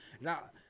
Now